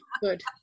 good